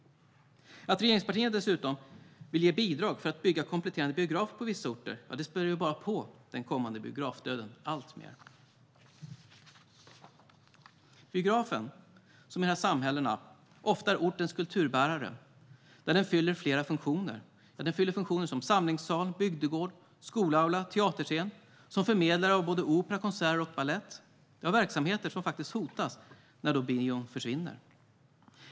Att regeringspartierna dessutom vill ge bidrag för att bygga kompletterande biografer på vissa orter späder bara på den kommande biografdöden ännu mer. Biografen är i dessa samhällen ofta ortens kulturbärare och fyller flera funktioner, som samlingssal, bygdegård, skolaula och teaterscen och som förmedlare av opera, konserter och balett. Dessa verksamheter hotas när bion försvinner.